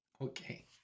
Okay